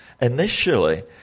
initially